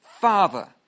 Father